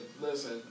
listen